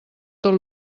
tot